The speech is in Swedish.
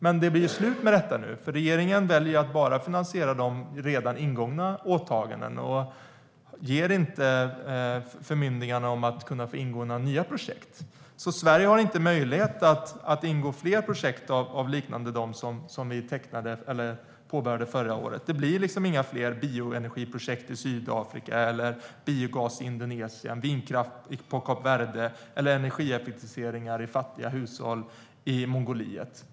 Men nu är det slut med det, för regeringen väljer att bara finansiera de redan ingångna åtagandena och ger inte bemyndigande att gå in i några nya projekt. Sverige har alltså inte möjlighet att gå in i fler projekt liknande dem vi påbörjade förra året. Det blir inga fler bioenergiprojekt i Sydafrika, biogas i Indonesien, vindkraft i Kap Verde eller energieffektivisering i fattiga hushåll i Mongoliet.